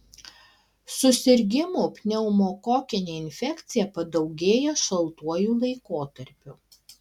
susirgimų pneumokokine infekcija padaugėja šaltuoju laikotarpiu